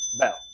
bell